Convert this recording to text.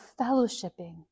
fellowshipping